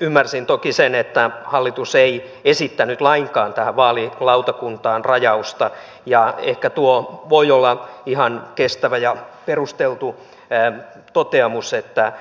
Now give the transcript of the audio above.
ymmärsin toki sen että hallitus ei esittänyt lainkaan vaalilautakuntaan rajausta ja ehkä tuo voi olla ihan kestävä ja perusteltu toteamus että